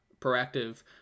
proactive